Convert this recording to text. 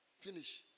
finish